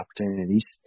opportunities